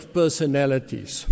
personalities